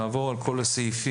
נעבור על כל הסעיפים,